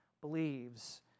believes